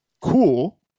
cool